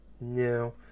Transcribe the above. No